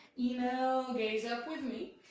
you know gaze up with me.